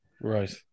Right